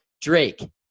drake